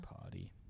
party